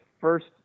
first